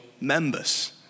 members